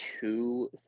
two